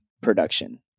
production